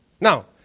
Now